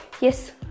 yes